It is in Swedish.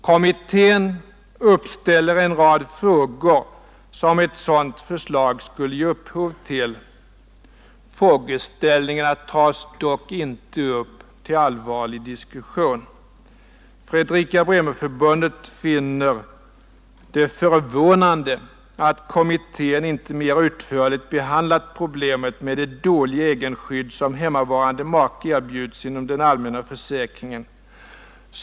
Kommitteh uppställer ——— en rad frågor som ett sådant förslag skulle ge upphov till; frågeställningarna tas dock ej upp till allvarlig diskussion. FBF finner det förvånande att kommittén ej mer utförligt behandlat problemet med det dåliga egenskydd som hemmavarande make erbjuds inom den allmänna försäkringen.